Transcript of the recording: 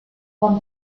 juan